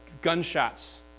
gunshots